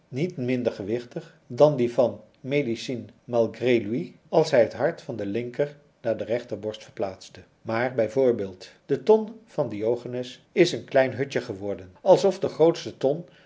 niet minder gewichtig dan die van den médecin malgré lui als hij het hart van de linker naar de rechterborst verplaatste maar bij voorbeeld de ton van diogenes is een klein hutje geworden alsof de grootste ton